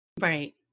Right